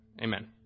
amen